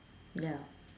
ya